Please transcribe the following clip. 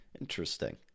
Interesting